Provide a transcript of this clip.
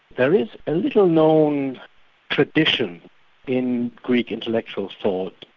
there is a little known tradition in greek intellectual thought,